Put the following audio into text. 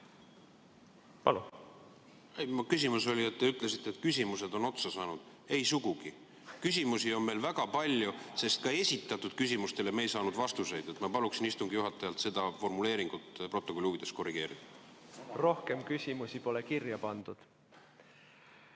küsimus. Palun! Te ütlesite, et küsimused on otsa saanud. Ei sugugi. Küsimusi on meil väga palju, sest ka esitatud küsimustele ei saanud me vastuseid. Ma paluksin istungi juhatajat seda formuleeringut protokolli huvides korrigeerida. Te ütlesite, et küsimused